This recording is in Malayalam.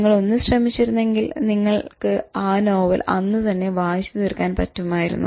നിങ്ങൾ ഒന്ന് ശ്രമിച്ചിരുന്നെങ്കിൽ നിങ്ങൾക്ക് ആ നോവൽ അന്നു തന്നെ വായിച്ചു തീർക്കാൻ പറ്റുമായിരുന്നു